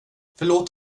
förlåt